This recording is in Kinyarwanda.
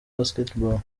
basketball